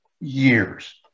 years